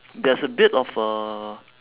there's a bit of a